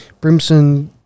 Brimson